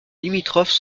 limitrophes